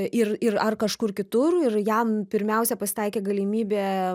ir ir ar kažkur kitur ir jam pirmiausia pasitaikė galimybė